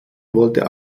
wollte